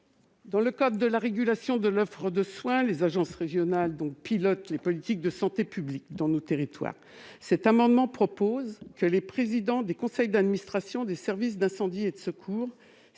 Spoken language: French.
Dans le cadre de la régulation de l'offre de soins, les agences régionales de santé pilotent les politiques de santé publique dans nos territoires. Cet amendement tend à proposer que les présidents des conseils d'administration des services d'incendie et de secours,